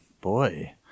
Boy